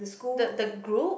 the the group